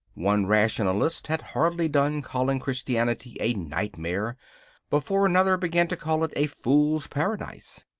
one rationalist had hardly done calling christianity a nightmare before another began to call it a fool's paradise.